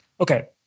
Okay